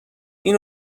این